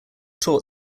taught